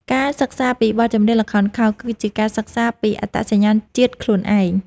ការសិក្សាពីបទចម្រៀងល្ខោនខោល គឺជាការសិក្សាពីអត្តសញ្ញាណជាតិខ្លួនឯង។